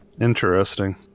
Interesting